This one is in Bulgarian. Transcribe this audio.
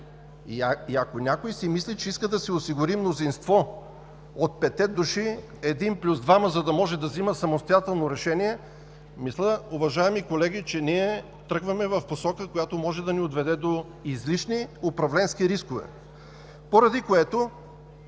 Ако някой си мисли, че иска да си осигури мнозинство от петте души: един плюс двама, за да може да взима самостоятелно решение, мисля, уважаеми колеги, че тръгваме в посока, която може да ни отведе до излишни управленски рискове. При цялото